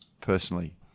personally